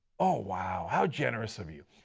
ah wow, how generous of you.